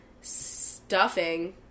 Stuffing